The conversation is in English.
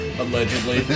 allegedly